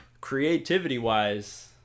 creativity-wise